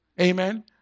Amen